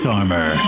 armor